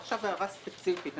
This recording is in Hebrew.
עכשיו הערה ספציפית.